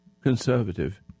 conservative